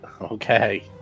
Okay